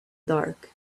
dark